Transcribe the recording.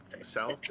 South